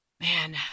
Man